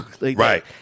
Right